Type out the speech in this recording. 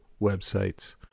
websites